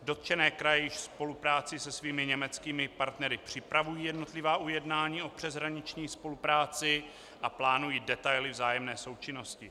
Dotčené kraje již ve spolupráci se svými německými partnery připravují jednotlivá ujednání o přeshraniční spolupráci a plánují detaily vzájemné součinnosti.